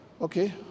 Okay